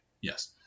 yes